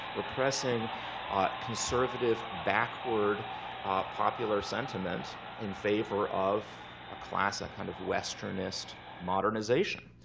repressing ah conservative backward popular sentiment in favor of a classic kind of westernist modernization.